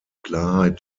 klarheit